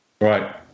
Right